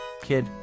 Kid